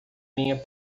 minha